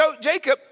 Jacob